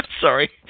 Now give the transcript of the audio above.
sorry